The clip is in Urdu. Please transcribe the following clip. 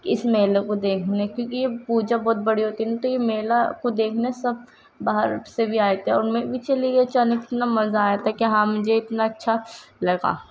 اس میلے کو دیکھنے کیونکہ یہ پوجا بہت بڑی ہوتی ہے نہیں تو یہ میلہ کو دیکھنا سب باہر سے بھی آئے تھے اور میں بھی چلی گئی اچانک اتنا مزہ آیا تھا كہ ہاں مجھے اتنا اچّھا لگا